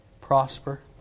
prosper